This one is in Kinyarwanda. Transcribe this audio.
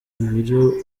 ibiro